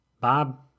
Bob